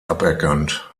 aberkannt